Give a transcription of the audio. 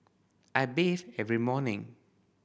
I bathe every morning